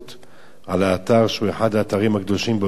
שהוא אחד האתרים הקדושים ביותר לנצרות בירושלים.